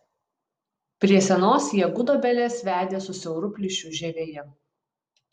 prie senos jie gudobelės vedė su siauru plyšiu žievėje